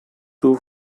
two